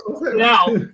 Now